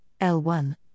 L1